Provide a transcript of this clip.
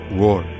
war